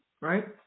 right